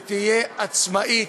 שתהיה עצמאית,